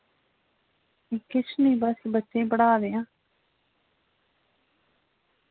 किश नि बस बच्चे पढ़ा दे आं